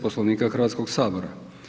Poslovnika Hrvatskog sabora.